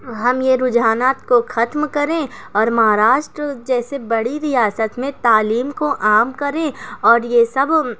ہم یہ رجحانات کو ختم کریں اور مہاراشٹر جیسی بڑی ریاست میں تعلیم کو عام کریں اور یہ سب